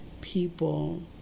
people